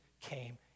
came